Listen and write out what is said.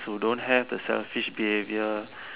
to don't have the selfish behavior